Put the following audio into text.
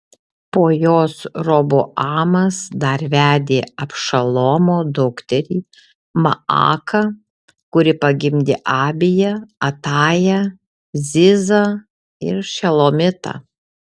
po jos roboamas dar vedė abšalomo dukterį maaką kuri pagimdė abiją atają zizą ir šelomitą